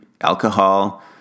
alcohol